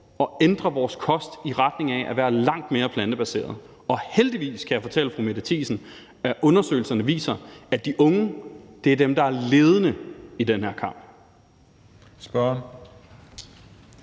og ændre vores kost i retning af at være langt mere plantebaseret. Og heldigvis, kan jeg fortælle fru Mette Thiesen, viser undersøgelserne, at de unge er dem, der er ledende i den her kamp.